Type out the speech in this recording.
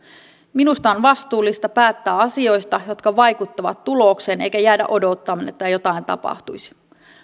minusta on vastuullista päättää asioista jotka vaikuttavat tulokseen eikä jäädä odottamaan että jotain tapahtuisi